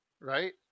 Right